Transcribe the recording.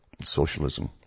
socialism